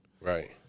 Right